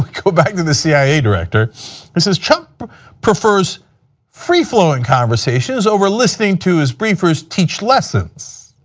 go back to the cia director who says, trump prefers flea flowing conversations over listening to his prefers teach lessons.